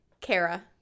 Kara